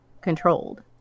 controlled